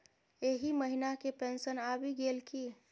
एहि महीना केँ पेंशन आबि गेल की